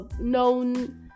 known